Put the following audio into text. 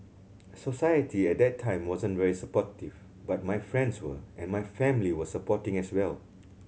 society at that time wasn't very supportive but my friends were and my family were supporting as well